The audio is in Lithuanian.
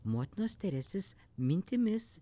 motinos teresės mintimis